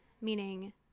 meaning